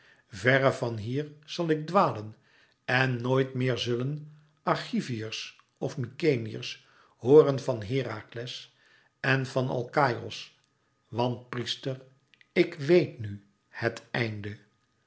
verre van hier zal ik dwalen en nooit meer zullen argiviërs of mykenæërs hooren van herakles en van alkaïos want priester ik wéet nu het einde